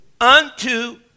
unto